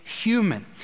human